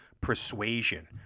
persuasion